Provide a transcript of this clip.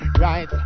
right